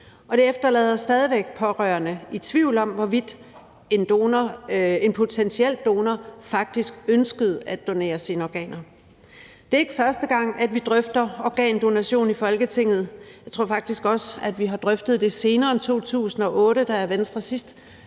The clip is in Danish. det efterlader stadig væk pårørende i tvivl om, hvorvidt en potentiel donor faktisk ønskede at donere sine organer. Det er ikke første gang, vi drøfter organdonation i Folketinget. Jeg tror faktisk også, vi har drøftet det senere end 2008, da Venstre på det